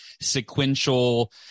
sequential